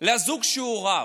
לזוג שרב.